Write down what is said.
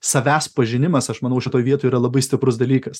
savęs pažinimas aš manau šitoj vietoj yra labai stiprus dalykas